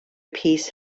peace